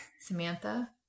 Samantha